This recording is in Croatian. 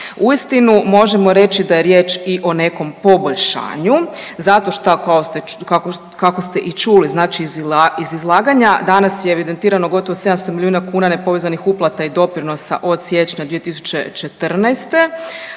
Uistinu možemo reći da je riječ i o nekom poboljšanju zato šta, kako ste i čuli znači iz izlaganja, danas je evidentirano gotovo 700 milijuna kuna nepovezanih uplata i doprinosa od siječnja 2014.,